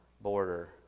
border